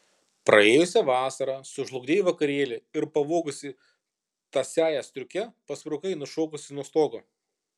praėjusią vasarą sužlugdei vakarėlį ir pavogusi tąsiąją striukę pasprukai nušokusi nuo stogo